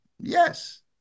yes